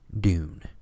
Dune